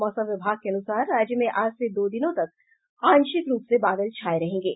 मौसम विभाग के अनुसार राज्य में आज से दो दिनों तक आंशिक रूप से बादल छाये रहेंगे